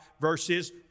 verses